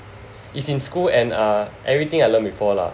is in school and everything I learn before lah